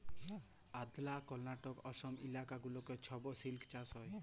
আল্ধ্রা, কর্লাটক, অসম ইলাকা গুলাতে ছব সিল্ক চাষ হ্যয়